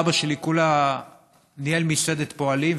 אבא שלי כולה ניהל מסעדת פועלים,